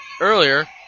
Earlier